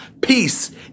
Peace